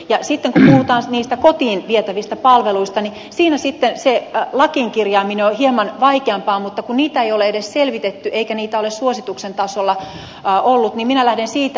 sitten kun puhutaan niistä kotiin vietävistä palveluista niin siinä sitten se lakiin kirjaaminen on hieman vaikeampaa mutta kun niitä ei ole edes selvitetty eikä niitä ole suosituksen tasolla ollut niin minä lähden siitä että